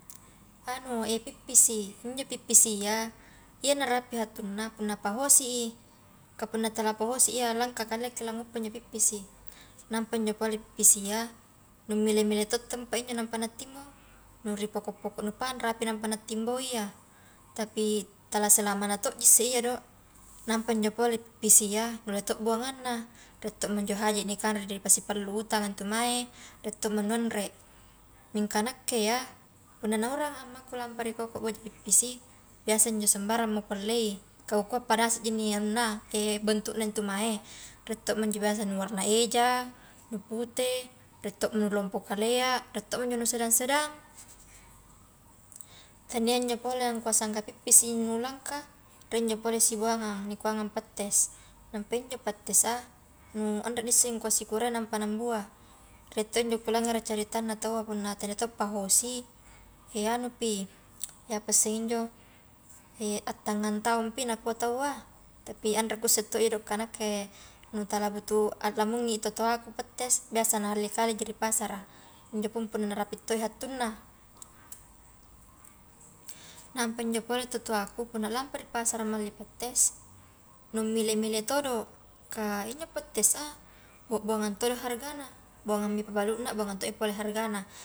Anu e pippisi, injo pippisia iya narapi hattunna punna pahosi i, kapunna tala pahosi i iya lagka kaleakki languppa injo pippisi, nampa injo pole pippisia nu mile-mile to tempa injo nampa natimbung, nu ri poko-poko nu panra a pi nampa na timboi iya, tapi tala selamana to ji isse iya do, nampa injo pole pippisia loe to buanganna rie tommo njo haji ni kanre dipasi pallu utanga ntu mae, rie to nu anre, mingka nakke iya punna nauranga ammakku lampa ri koko abboja pippisi, biasanjo sembarangmo ku allei ka kukua padasi ji inni anunna bentukna ntu mae, rie tomo njo biasa anu warna eja, nu pute, rie to nu lompo kalea rie to mo njo nu sedang-sedang, tania injo pole angkua sangka pippisi nu langka rie njo pole sibuangang nikuanga pattes, nampa injo pattes a nu anre nissengi ngkua sikurae nampa na mbuah, rie to njo kulangere caritanna tawwa punna talia to pahosi eh anupi apasse njo attangang tahunpi nakua taua, tapi anre kusse to iya do ka nakke nu tala butuh alamungi totoaku pettes, biasa nahalli kaleji ri pasara injopun punna narapi to i hattunna, nampa injo pole totoaku punnalapai ri pasara malli pettes nu mile-mile todo kah injo pettes a bua-buangan todo hargana buangami pabaluna buangan todomi hargana.